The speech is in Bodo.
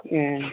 ए